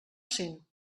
cent